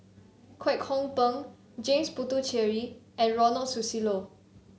Kwek Hong Png James Puthucheary and Ronald Susilo